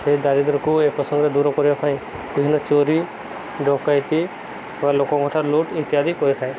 ସେଇ ଦାରିଦ୍ର୍ୟକୁ ଏକାସାଙ୍ଗରେ ଦୂର କରିବା ପାଇଁ ବିଭିନ୍ନ ଚୋରି ଡ଼କାୟତି ବା ଲୋକଙ୍କଠାରୁ ଲୁଟ୍ ଇତ୍ୟାଦି କରିଥାଏ